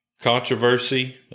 controversy